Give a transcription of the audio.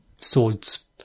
swords